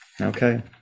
Okay